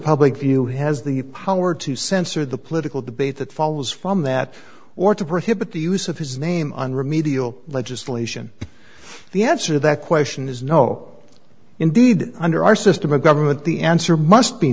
public view has the power to censor the political debate that follows from that or to prohibit the use of his name on remedial legislation the answer to that question is no indeed under our system of government the answer must be